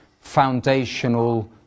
foundational